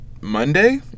Monday